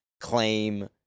Claim